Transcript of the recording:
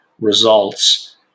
results